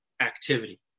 activity